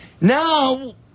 Now